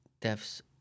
deaths